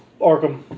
Arkham